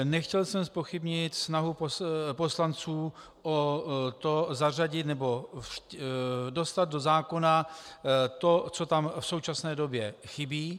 Nechtěl jsem zpochybnit snahu poslanců o to zařadit nebo dostat do zákona to, co tam v současné době chybí.